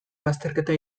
lasterketa